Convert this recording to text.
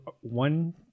one